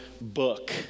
book